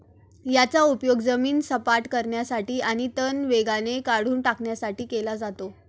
याचा उपयोग जमीन सपाट करण्यासाठी आणि तण वेगाने काढून टाकण्यासाठी केला जातो